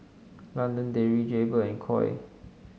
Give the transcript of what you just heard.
London Dairy Jaybird and Koi